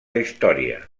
història